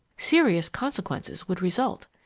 serious consequences would result.